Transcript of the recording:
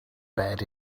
bed